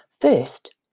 First